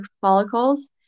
follicles